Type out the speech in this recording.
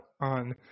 on